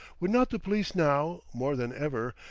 would not the police now, more than ever,